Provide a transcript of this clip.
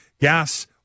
gas